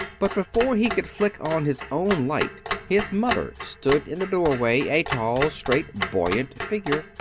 but before he could flick on his own light his mother stood in the doorway, a tall, straight, buoyant figure.